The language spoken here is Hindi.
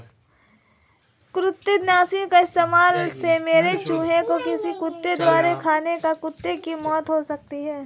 कृतंकनाशी के इस्तेमाल से मरे चूहें को किसी कुत्ते द्वारा खाने पर कुत्ते की मौत हो सकती है